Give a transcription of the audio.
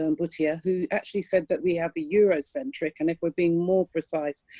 and bouattia, who actually said that we have a eurocentric. and if we're being more precise,